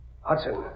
Hudson